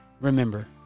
Remember